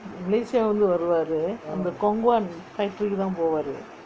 malaysia லே இருந்து வருவாரு அந்த:lae irunthu varuvaaru antha khong guan factory கு தான் போவாரு:ku thaan poovaaru